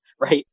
right